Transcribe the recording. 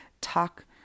talk